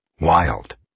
Wild